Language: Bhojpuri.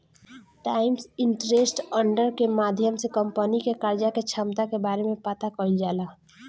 टाइम्स इंटरेस्ट अर्न्ड के माध्यम से कंपनी के कर्जा के क्षमता के बारे में पता कईल जाला